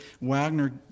Wagner